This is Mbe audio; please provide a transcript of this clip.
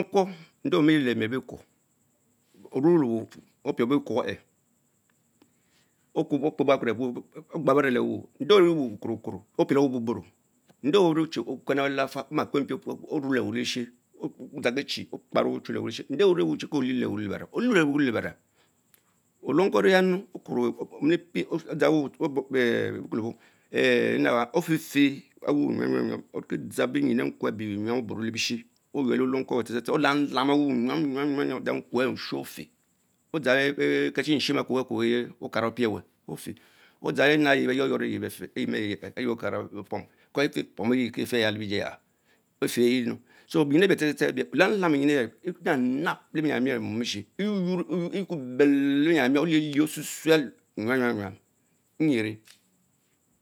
Nde omiyele lee miel bikwo, orue le bufurr opiel bikwo ech ehh, Lewin, nde orieweh wukurd kuro Opielewu Obuburo, nde viechie Okwen lafal oma kpenpie ornelewn lashe adzang kechie Okparown melewa leshen, retinde orniewichie Koleley le wuberep, oldenon-berep, Olonkwo oñeyanume omilipie ofefeh enanaya bekwole bo, odzang benjür enkwe ehh bie bie nyam Oburo le bithi Oyuel Olonkwo tsetse tre, Olamlam en eman nyam nyam, Odgang. nkwe are shun ofe, odzan kesin shim ekuch okara opiewen ofen Odzang enenah enie beh yuorryanh ein afen eyeh Okana oferimi So benyin ebie tse the the Olumlam beyoun the enanap lebeyamemior eh mom esni, eyworki belle lebienyam emiorr, orilieh osusuel enyam nyam nyonm engerie.